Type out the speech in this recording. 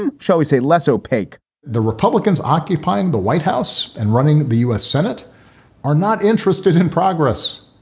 and shall we say, less opaque the republicans occupying the white house and running the u s. senate are not interested in progress.